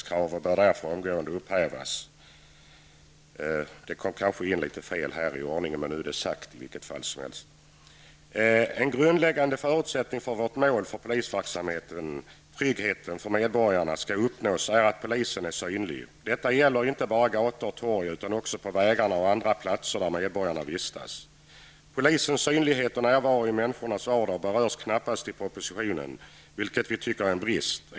Därför bör den omgående upphävas. En grundläggande förutsättning för att målet för polisverksamheten, trygghet för medborgarna, skall kunna uppnås är att polisen är synlig. Detta gäller inte bara gator och torg, utan också på vägar och andra platser där medborgarna vistas. Polisens synlighet och närvaro i människornas vardag berörs knappast i propositionen, vilket vi anser utgöra en brist.